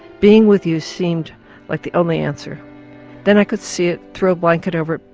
being with you seemed like the only answer then i could see it, throw blanket over it,